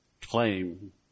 claim